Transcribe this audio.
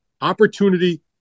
opportunity